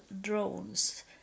drones